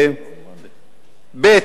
9(1)(ב),